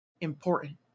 important